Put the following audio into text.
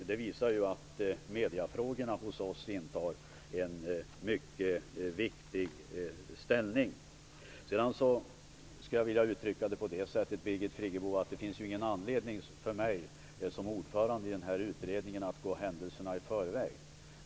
Det visar ju att mediefrågorna hos oss intar en mycket viktig ställning. Birgit Friggebo, det finns ju ingen anledning för mig, som ordförande i den här utredningen, att gå händelserna i förväg.